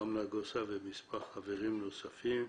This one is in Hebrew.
אברהם נגוסה ומספר חברים נוספים,